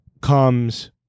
comes